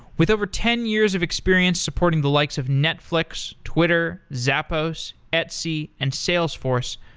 with over ten years of experience supporting the likes of netflix, twitter, zappos, etsy, and salesforce,